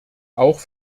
auch